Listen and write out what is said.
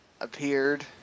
appeared